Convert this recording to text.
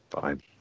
Fine